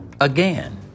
Again